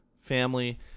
family